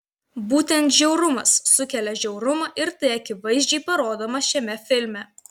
būtent žiaurumas sukelia žiaurumą ir tai akivaizdžiai parodoma šiame filme